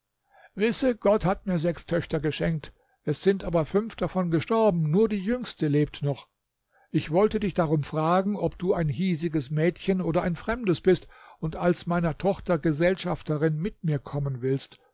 wisse gott hat mir sechs töchter geschenkt es sind aber fünf davon gestorben nur die jüngste lebt noch ich wollte dich darum fragen ob du ein hiesiges mädchen oder ein fremdes bist und als meiner tochter gesellschafterin mit mir kommen willst